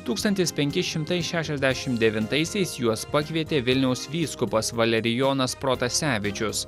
tūkstantis penki šimtai šešiasdešim devintaisiais juos pakvietė vilniaus vyskupas valerijonas protasevičius